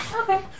okay